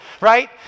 right